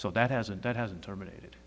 so that hasn't that hasn't terminated